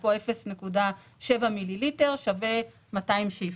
אפרופו 0.7 מיליליטר שווה 200 שאיפות.